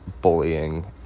bullying